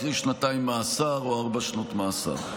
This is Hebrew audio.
קרי שנתיים מאסר או ארבע שנות מאסר.